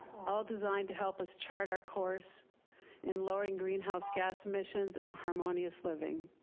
all designed to help us chart our course in lowering greenhouse gas emissions and harmonious living.